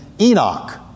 Enoch